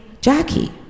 Jackie